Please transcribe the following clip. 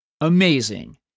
Amazing